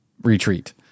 retreat